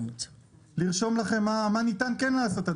מה כן ניתן לעשות?